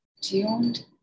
tuned